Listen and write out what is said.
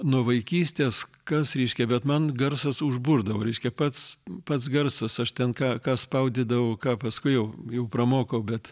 nuo vaikystės kas reiškia bet man garsas užburdavo reiškia pats pats garsas aš ten ką ką spaudydavau ką paskui jau jau pramokau bet